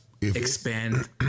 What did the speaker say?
expand